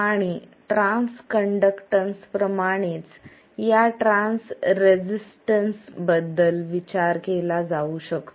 आणि transconductance प्रमाणेच या ट्रान्स रेसिस्टन्स बद्दल विचार केला जाऊ शकतो